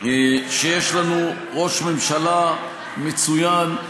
שיש לנו ראש ממשלה מצוין,